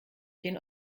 den